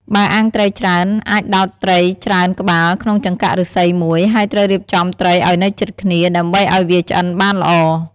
បើអាំងត្រីច្រើន អាចដោតត្រីច្រើនក្បាលក្នុងចង្កាក់ឫស្សីមួយ ហើយត្រូវរៀបចំត្រីឲ្យនៅជិតគ្នា ដើម្បីឲ្យវាឆ្អិនបានល្អ។